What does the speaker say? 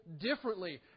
differently